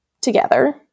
together